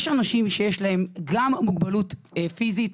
יש אנשים שיש להם גם מוגבלות פיסית-מוטורית,